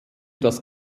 das